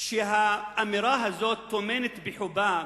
האמירה הזאת טומנת בחובה,